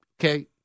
okay